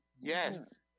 Yes